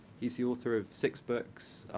he's the author of six books,